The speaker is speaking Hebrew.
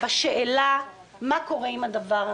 בשאלה מה קורה עם הדבר הזה.